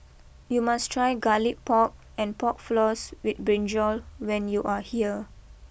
you must try Garlic Pork and Pork Floss with Brinjal when you are here